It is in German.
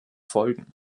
folgen